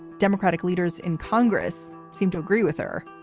democratic leaders in congress seem to agree with her.